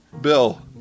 Bill